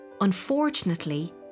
Unfortunately